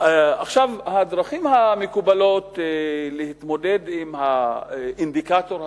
הדרכים המקובלות להתמודד עם האינדיקטור הזה,